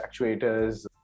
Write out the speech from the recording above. actuators